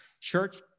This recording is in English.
church